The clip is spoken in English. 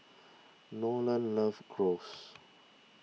Nolan loves Gyros